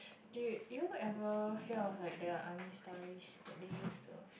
dude do you ever hear of like the army stories that they used to